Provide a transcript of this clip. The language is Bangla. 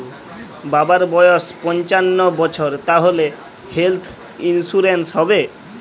বাবার বয়স পঞ্চান্ন বছর তাহলে হেল্থ ইন্সুরেন্স হবে?